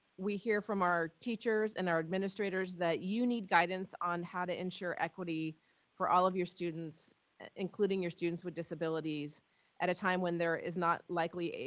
we hear from our teachers and our administrators that you need guidance on how to ensure equity for all of your students including your students with disabilities at a time when there is not likely,